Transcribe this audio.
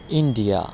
India